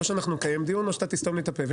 או שאנחנו נקיים דיון או שאתה תסתום לי את הפה.